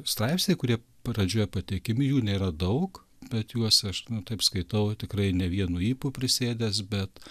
straipsniai kurie pradžioje pateikiami jų nėra daug bet juos aš nu taip skaitau tikrai ne vienu ypu prisėdęs bet